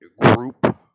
group